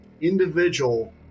individual